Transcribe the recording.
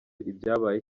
ibyabaye